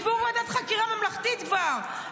תקבעו ועדת חקירה ממלכתית כבר.